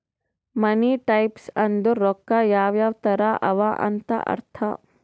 ಮನಿ types ಅಂದುರ್ ರೊಕ್ಕಾ ಯಾವ್ ಯಾವ್ ತರ ಅವ ಅಂತ್ ಅರ್ಥ